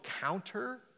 counter